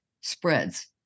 spreads